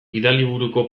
gidaliburuko